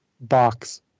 box